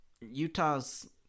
utah's